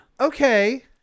Okay